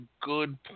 good